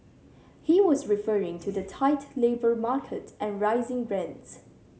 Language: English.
he was referring to the tight labour market and rising rents